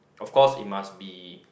of course it must be